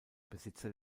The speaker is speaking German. besitzer